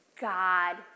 God